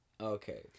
Okay